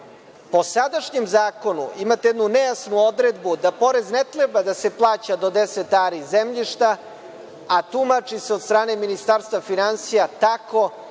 Po sadašnjem zakonu imate jednu nejasnu odredbu da porez ne treba da se plaća do 10 ari zemljišta, a tumači se od strane Ministarstva finansija tako